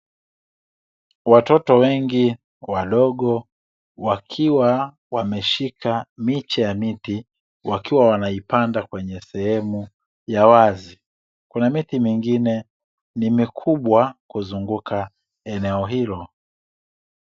Watoto wengi wadogo wakiwa wameshika miche ya miti, wakiwa wanaipanda kwenye sehemu ya wazi. Kuna miti mingine ni mikubwa kuzunguka eneo hilo.